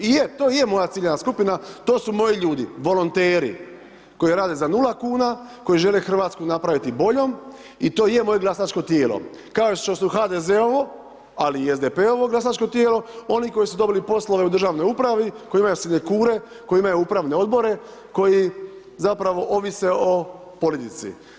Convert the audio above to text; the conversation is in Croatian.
I je to je moja ciljana skupina, to su moji ljudi, volonteri, koje rade za 0 kuna, koji žele Hrvatsku napraviti boljom i to je moje glasačko tijelo, kao što su HDZ-ovo ali i SDP-ovo glasačko tijelo, oni koji su dobili poslove u državnoj upravi, koji imaju … koje imaju upravne odbore, koji zapravo ovise o politici.